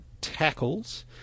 tackles